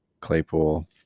claypool